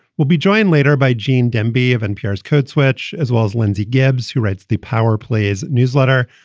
we'll be joined later by gene demby of npr's code switch, as well as lyndsey gibbs, who writes the power players newsletter.